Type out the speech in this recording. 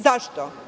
Zašto?